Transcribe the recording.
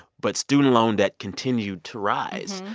but student loan debt continued to rise.